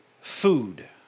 food